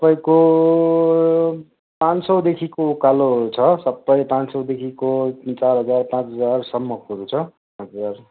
तपाईँको पाँच सौदेखिको उकालो छ सबै पाँच सौदेखिको चार हजार पाँच हजारसम्मकोहरू छ हजुर